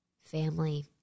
family